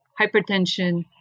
hypertension